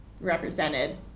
represented